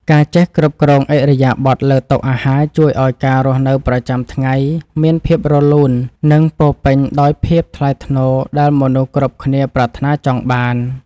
ការចេះគ្រប់គ្រងឥរិយាបថលើតុអាហារជួយឱ្យការរស់នៅប្រចាំថ្ងៃមានភាពរលូននិងពោរពេញដោយភាពថ្លៃថ្នូរដែលមនុស្សគ្រប់គ្នាប្រាថ្នាចង់បាន។